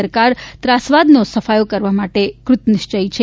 સરકાર ત્રાસવાદનો સફાયો કરવા માટે કૃતનિશ્ચયી છે